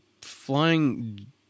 flying